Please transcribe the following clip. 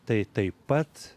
tai taip pat